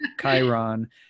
Chiron